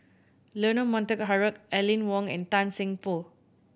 Leonard Montague Harrod Aline Wong and Tan Seng Poh